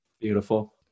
Beautiful